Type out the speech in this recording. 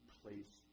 place